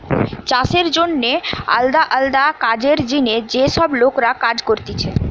চাষের জন্যে আলদা আলদা কাজের জিনে যে সব লোকরা কাজ করতিছে